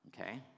okay